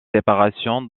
séparation